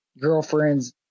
girlfriend's